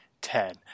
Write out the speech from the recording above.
Ten